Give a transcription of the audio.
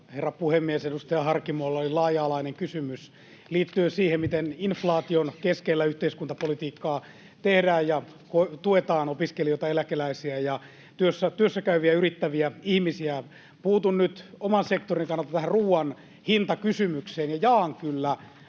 herra puhemies! Edustaja Harkimolla oli laaja-alainen kysymys liittyen siihen, miten inf-laation keskellä yhteiskuntapolitiikkaa tehdään ja tuetaan opiskelijoita, eläkeläisiä ja työssäkäyviä ja yrittäviä ihmisiä. Puutun nyt oman sektorini kannalta tähän ruuan hintakysymykseen. Jaan kyllä